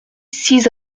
six